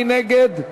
מי נגד?